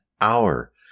Hour